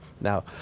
Now